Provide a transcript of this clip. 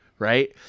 Right